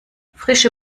frische